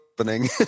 opening